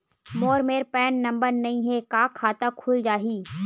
मोर मेर PAN number नई हे का खाता खुल जाही?